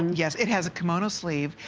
yeah it has a kimono sleeve.